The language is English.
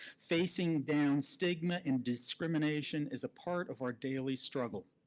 facing down stigma and discrimination is a part of our daily struggle.